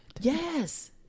Yes